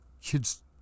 kids